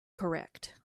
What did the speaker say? correct